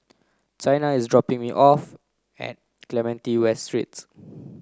Chyna is dropping me off at Clementi West Street